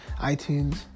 iTunes